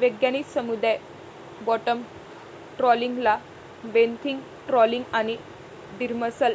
वैज्ञानिक समुदाय बॉटम ट्रॉलिंगला बेंथिक ट्रॉलिंग आणि डिमर्सल